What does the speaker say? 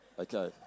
Okay